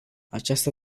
aceasta